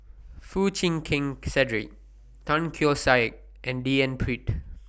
Foo Chee Keng Cedric Tan Keong Saik and D N Pritt